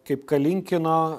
kaip kalinkino